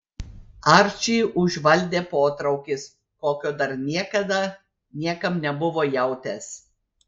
arčį užvaldė potraukis kokio dar niekada niekam nebuvo jautęs